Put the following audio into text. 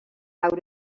out